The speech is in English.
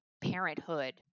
parenthood